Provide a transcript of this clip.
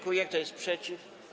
Kto jest przeciw?